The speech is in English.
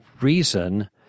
reason